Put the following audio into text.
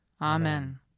Amen